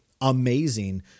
amazing